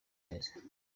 meza